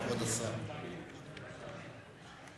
סירוס ועיקור כלבים),